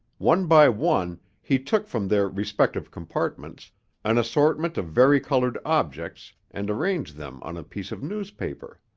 one by one, he took from their respective compartments an assortment of varicolored objects and arranged them on a piece of newspaper.